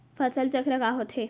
फसल चक्र का होथे?